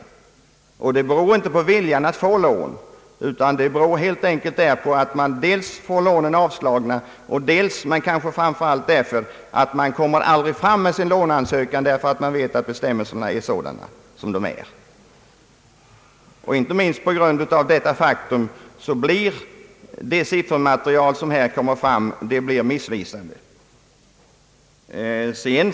Detta förhållande beror inte på att man inte vill ha lån, utan helt enkelt på att man dels får låneansökningarna avslagna, dels och kanske framför allt på att man aldrig avger någon låneansökan som bestämmelserna nu är utformade. Inte minst på grund av detta blir det här framkomna siffermaterialet missvisande.